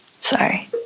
Sorry